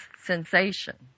sensation